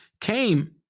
came